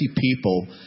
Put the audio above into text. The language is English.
people